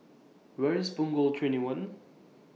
Where IS Punggol twenty one